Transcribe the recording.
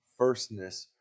firstness